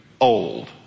old